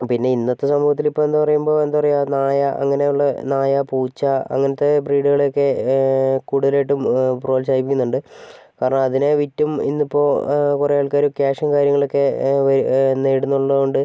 പിന്നെ ഇന്നത്തെ സമൂഹത്തിലിപ്പം എന്ന് പറയുമ്പോൾ എന്താ പറയാ നായ അങ്ങനെയുള്ള നായ പൂച്ച അങ്ങനത്തെ ബ്രീഡുകളെയൊക്കെ കൂടുതലായിട്ടും പ്രോത്സാഹിപ്പിക്കുന്നുണ്ട് കാരണം അതിനെ വിറ്റും ഇന്നിപ്പോൾ കുറെ ആൾക്കാർ ക്യാഷും കാര്യങ്ങളൊക്കെ നേടുന്നുള്ളൊണ്ട്